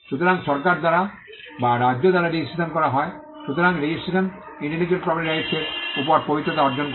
সুতরাং সরকার দ্বারা বা রাজ্য দ্বারা রেজিস্ট্রেশন করা হয় সুতরাং রেজিস্ট্রেশন ইন্টেলেকচুয়াল প্রপার্টি রাইটস এর উপর পবিত্রতা অর্জন করে